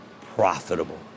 profitable